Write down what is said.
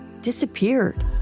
disappeared